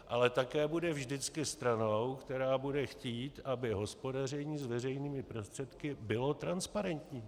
Ale také bude vždycky stranou, která bude chtít, aby hospodaření s veřejnými prostředky bylo transparentní.